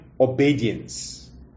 obedience